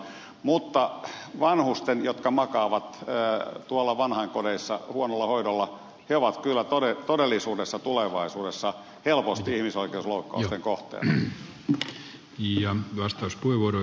mutta vanhukset jotka makaavat tuolla vanhainkodeissa huonolla hoidolla ovat kyllä todellisuudessa tulevaisuudessa helposti ihmisoikeusloukkausten kohteena